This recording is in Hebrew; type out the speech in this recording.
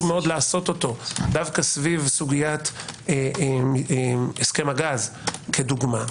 מאוד לעשותו דווקא סביב סוגית הסכם הגז כדוגמה,